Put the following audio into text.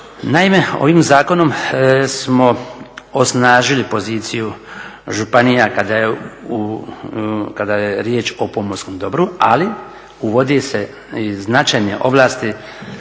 Naime, ovim zakonom smo osnažili poziciju županija kada je riječ o pomorskom dobru, ali uvodi se i … ovlasti